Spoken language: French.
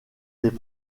des